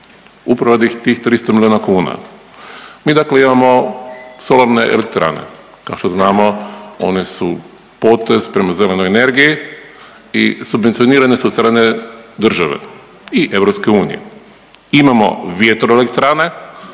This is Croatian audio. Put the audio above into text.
imamo solarne elektrane kao što znamo imamo solarne elektrane. Kao što znamo one su potez prema zelenoj energiji i subvencionirane su od strane države i EU. Imamo vjetro elektrane